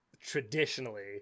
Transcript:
traditionally